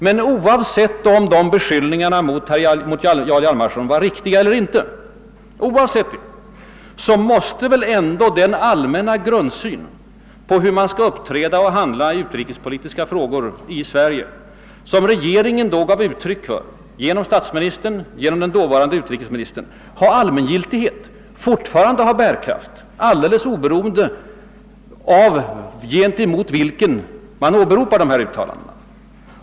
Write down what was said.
Men oavsett om beskyllningarna mot Jarl Hjalmarson var riktiga eller inte, måste väl ändå den allmänna grundsyn på hur man skall uppträda i utri kespolitiska frågor i Sverige, som regeringen då gav uttryck för genom statsministern och den dåvarande utrikesministern, ha allmängiltighet och fortfarande ha bärkraft, alldeles oberoende av gentemot vilken man åberopar uttalandena.